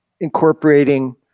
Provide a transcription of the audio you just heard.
incorporating